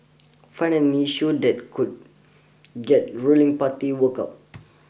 find an issue that could get ruling party work up